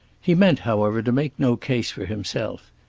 he meant, however, to make no case for himself.